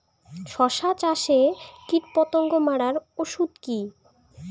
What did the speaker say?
শসা চাষে কীটপতঙ্গ মারার ওষুধ কি?